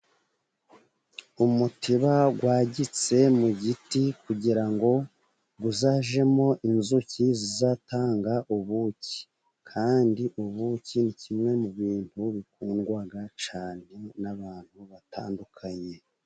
Umutiba wagitse mu giti, kugira ngo uzajyemo inzuki zizatanga ubuki, kandi ubuki ni kimwe mu bintu bikundwa cyane n'abantu batandukanye.